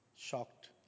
shocked